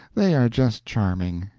they are just charming,